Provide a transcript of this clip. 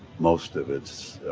most of its